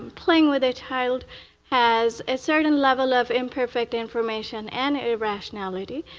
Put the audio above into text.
um playing with a child has a certain level of imperfect information and irrationality,